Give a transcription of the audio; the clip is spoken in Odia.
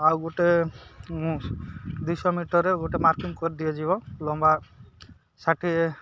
ଆଉ ଗୋଟେ ଦୁଇଶହ ମିଟରରେ ଗୋଟେ ମାର୍କିଂ କରିଦିଆଯିବ ଲମ୍ବା ଷାଠିଏ